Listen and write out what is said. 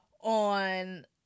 on